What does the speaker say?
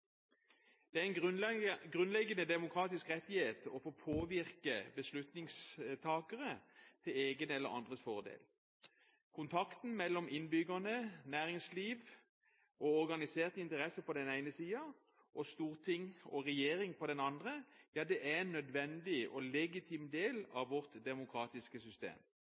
Det er en grunnleggende demokratisk rettighet å få påvirke beslutningstakere til egen eller andres fordel. Kontakten mellom innbyggerne, næringslivet og organiserte interesser på den ene siden, og storting og regjering på den andre, er en nødvendig og legitim del av vårt demokratiske system.